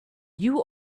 you